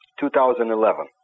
2011